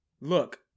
Look